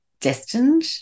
destined